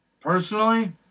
Personally